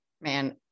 Man